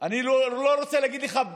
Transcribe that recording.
אני לא רוצה להגיד לך,